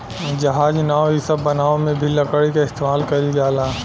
जहाज, नाव इ सब बनावे मे भी लकड़ी क इस्तमाल कइल जाला